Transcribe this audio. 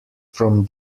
from